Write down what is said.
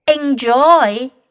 enjoy